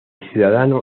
ciudadano